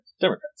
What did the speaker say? Democrats